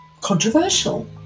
controversial